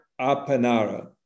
Apanara